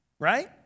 Right